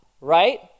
right